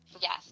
Yes